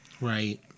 Right